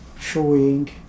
showing